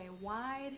wide